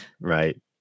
right